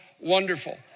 wonderful